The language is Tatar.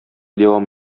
дәвам